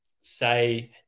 say